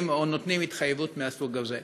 נותנים התחייבות מהסוג הזה.